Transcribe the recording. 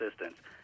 assistance